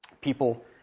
People